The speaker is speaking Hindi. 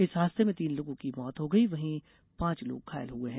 इस हादसे में तीन लोगों की मौत हो गई वहीं पांच लोग घायल हुए हैं